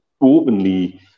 openly